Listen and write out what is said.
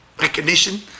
recognition